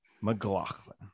mclaughlin